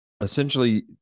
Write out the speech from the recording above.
essentially